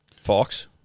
Fox